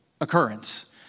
occurrence